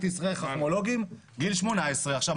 ישראל חכמולוגים גיל 18. עכשיו,